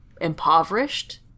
impoverished